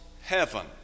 heaven